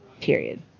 period